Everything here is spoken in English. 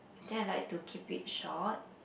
then I like to keep it short